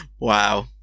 Wow